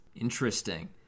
Interesting